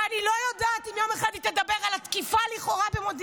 ואני לא יודעת אם יום אחד היא תדבר על התקיפה לכאורה במודיעין,